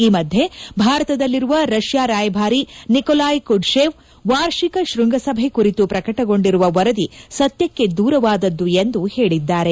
ಈ ಮಧ್ಯೆ ಭಾರತದಲ್ಲಿರುವ ರಷ್ಯಾ ರಾಯಭಾರಿ ನಿಕೊಲಾಯ್ ಕುಡಶೇವ್ ವಾರ್ಷಿಕ ಶ್ವಂಗಸಭೆ ಕುರಿತು ಪ್ರಕಟಗೊಂಡಿರುವ ವರದಿ ಸತ್ಯಕ್ಕೆ ದೂರವಾದದ್ದು ಎಂದು ಹೇಳಿದ್ದಾರೆ